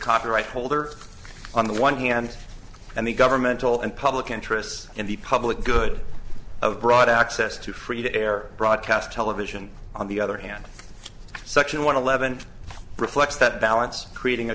copyright holder on the one hand and the governmental and public interests in the public good of broad access to free to air broadcast television on the other hand section one eleven reflects that balance creating a